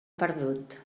perdut